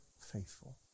faithful